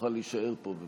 תוכל להישאר פה.